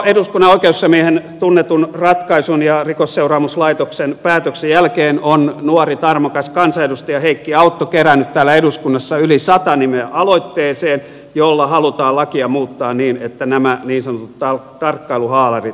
no eduskunnan oikeusasiamiehen tunnetun ratkaisun ja rikosseuraamuslaitoksen päätöksen jälkeen on nuori tarmokas kansanedustaja heikki autto kerännyt täällä eduskunnassa yli sata nimeä aloitteeseen jolla halutaan lakia muuttaa niin että nämä niin sanotut tarkkailuhaalarit sallitaan